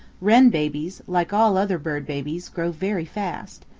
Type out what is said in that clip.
wren babies, like all other bird babies, grow very fast,